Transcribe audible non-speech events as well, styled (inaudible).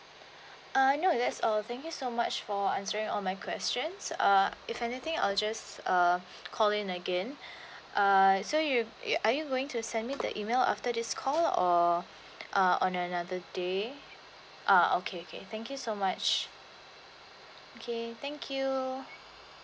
(breath) uh no that's all thank you so much for answering all my questions uh if anything I'll just uh call in again (breath) uh so you are you going to send me the email after this call or (breath) on another day ah okay okay thank you so much okay thank you